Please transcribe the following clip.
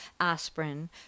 aspirin